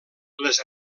les